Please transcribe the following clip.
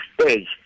stage